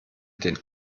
den